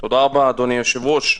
תודה רבה, אדוני היושב-ראש.